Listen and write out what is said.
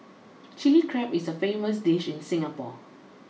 Chilli Crab is a famous dish in Singapore